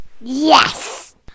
Yes